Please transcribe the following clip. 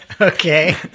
Okay